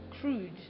crude